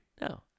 No